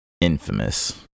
infamous